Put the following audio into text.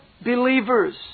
believers